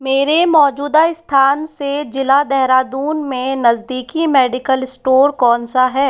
मेरे मौजूदा स्थान से ज़िला देहरादून में नज़दीकी मेडिकल स्टोर कौनसा है